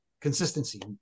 consistency